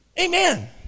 Amen